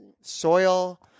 soil